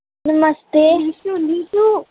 नमस्ते Nishu Nishu